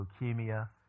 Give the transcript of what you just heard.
leukemia